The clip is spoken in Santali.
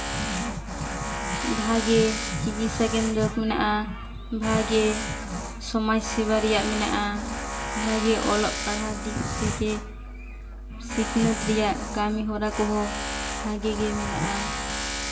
ᱵᱷᱟᱜᱮ ᱪᱤᱠᱤᱛᱥᱟ ᱠᱮᱱᱫᱨᱚ ᱢᱮᱱᱟᱜᱼᱟ ᱵᱷᱟᱜᱮ ᱥᱚᱢᱟᱡᱽ ᱥᱮᱵᱟ ᱨᱮᱭᱟᱜ ᱢᱮᱱᱟᱜᱼᱟ ᱵᱷᱟᱜᱮ ᱚᱞᱚᱜ ᱯᱟᱲᱦᱟᱜ ᱫᱤᱠ ᱫᱤᱭᱮ ᱥᱤᱠᱷᱱᱟᱹᱛ ᱨᱮᱭᱟᱜ ᱠᱟᱹᱢᱤᱦᱚᱨᱟ ᱠᱚᱦᱚᱸ ᱵᱷᱟᱜᱮ ᱜᱮ ᱢᱮᱱᱟᱜᱼᱟ